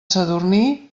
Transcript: sadurní